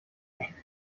ninshuti